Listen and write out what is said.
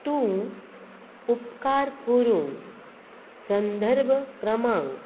तूं उपकार करून संदर्भ क्रमांक